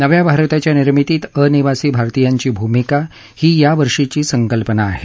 नव्या भारताच्या निर्मितीत अनिवासी भारतीयांची भूमिका ही यावर्षीची संकल्पना आहे